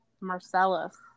Marcellus